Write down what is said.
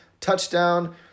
Touchdown